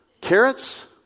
Carrots